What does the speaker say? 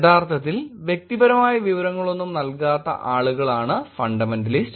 യഥാർത്ഥത്തിൽ വ്യക്തിപരമായ വിവരങ്ങളൊന്നും നൽകാത്ത ആളുകളാണ് ഫണ്ടമെന്റലിസ്റ്